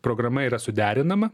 programa yra suderinama